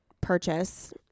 purchase